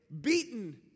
beaten